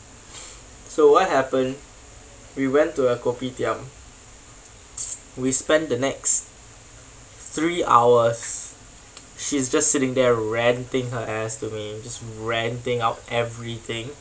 so what happened we went to a kopitiam we spent the next three hours she is just sitting there ranting her ass to me just ranting out everything